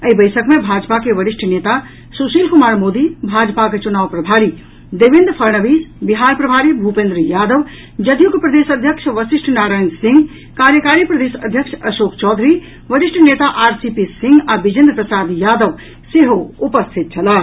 एहि बैसक मे भाजपा के वरिष्ठ नेता सुशील कुमार मोदी भाजपाक चुनाव प्रभारी देवेन्द्र फड़णवीस बिहार प्रभारी भूपेन्द्र यादव जदयूक प्रदेश अध्यक्ष वशिष्ठ नारायण सिंह कार्यकारी प्रदेश अध्यक्ष अशोक चौधरी वरिष्ठ नेता आर सी पी सिंह आ बिजेन्द्र प्रसाद यादव सेहो उपस्थित छलाह